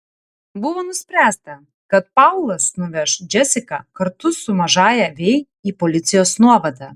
buvo nuspręsta kad paulas nuveš džesiką kartu su mažąja vei į policijos nuovadą